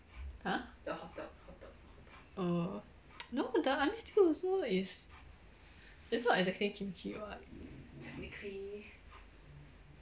!huh! oh no the army stew also is is not exactly kimchi [what]